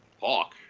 Hawk